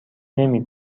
نمی